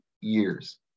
years